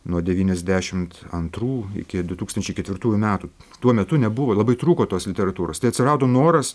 nuo devyniasdešimt antrų iki du tūkstančiai ketvirtųjų metų tuo metu nebuvo labai trūko tos literatūros tai atsirado noras